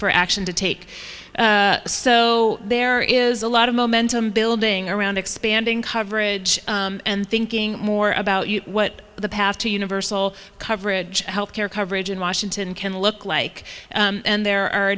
for action to take so there is a lot of momentum building around expanding coverage and thinking more about what the path to universal coverage health care coverage in washington can look like and there are a